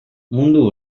mundu